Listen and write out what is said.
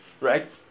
right